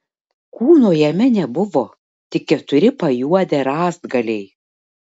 kūno jame nebuvo tik keturi pajuodę rąstgaliai